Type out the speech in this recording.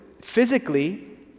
physically